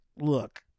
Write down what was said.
Look